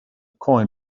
coin